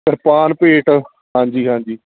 ਕਿਰਪਾਨ ਭੇਟ ਹਾਂਜੀ ਹਾਂਜੀ